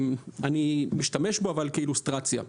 אני משתמש בו כאילוסטרציה.